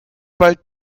bald